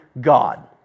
God